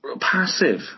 passive